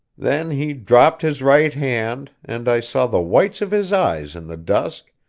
then he dropped his right hand, and i saw the whites of his eyes in the dusk,